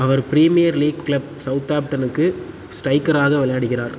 அவர் Premier League club சவுத்தாம்ப்டனுக்கு ஸ்ட்ரைக்கராக விளையாடுகிறார்